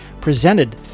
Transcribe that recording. presented